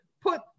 Put